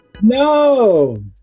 No